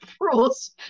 rules